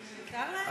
מותר להם?